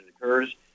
occurs